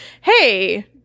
hey